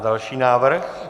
Další návrh.